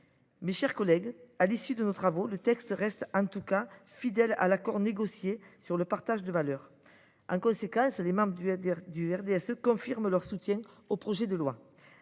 Mes chers collègues, à l’issue de nos travaux, le texte reste en tout cas fidèle à l’accord négocié sur le partage de la valeur. En conséquence, les membres du RDSE confirment leur soutien au projet de loi.